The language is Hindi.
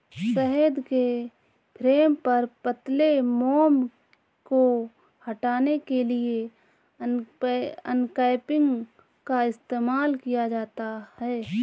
शहद के फ्रेम पर पतले मोम को हटाने के लिए अनकैपिंग का इस्तेमाल किया जाता है